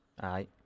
Aye